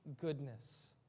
goodness